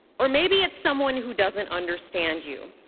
or maybe it's someone who doesn't understand you,